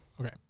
Okay